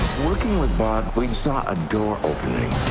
working with bob, we saw a door opening.